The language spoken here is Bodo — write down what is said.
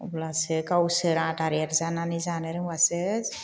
अब्लासो गावसोर आदार एरजानानै जानो रोंबासो